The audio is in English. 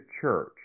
church